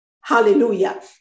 Hallelujah